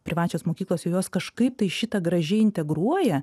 privačios mokyklos juos kažkaip tai šitą gražiai integruoja